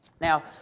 Now